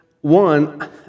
one